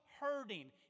hurting